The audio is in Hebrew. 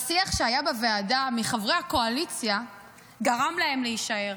השיח שהיה בוועדה מחברי הקואליציה גרם להם להישאר.